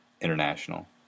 international